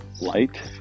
light